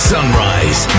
Sunrise